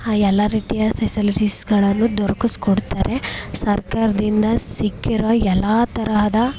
ಎಲ್ಲ ರೀತಿಯ ಫೆಸಿಲಿಟೀಸ್ಗಳನ್ನು ದೊರಕಿಸ್ಕೊಡ್ತಾರೆ ಸರ್ಕಾರ್ದಿಂದ ಸಿಕ್ಕಿರೋ ಎಲ್ಲ ತರಹದ